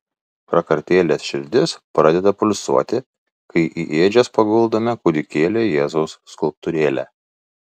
prakartėlės širdis pradeda pulsuoti kai į ėdžias paguldome kūdikėlio jėzaus skulptūrėlę